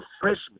freshman